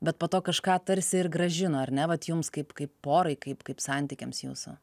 bet po to kažką tarsi ir grąžino ar ne vat jums kaip kaip porai kaip kaip santykiams jūsų